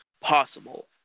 possible